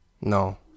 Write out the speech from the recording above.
No